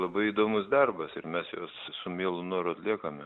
labai įdomus darbas ir mes juos su mielu noru atliekame